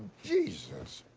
jesus.